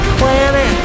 planet